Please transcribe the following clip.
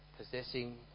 possessing